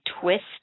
twist